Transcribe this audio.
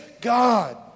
God